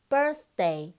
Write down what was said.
Birthday